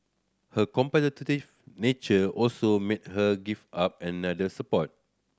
her competitive nature also made her give up another sport